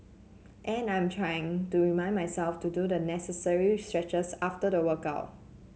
and I am trying to remind myself to do the necessary stretches after the workout